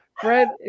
Fred